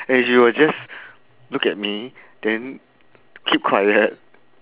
and she was just look at me then keep quiet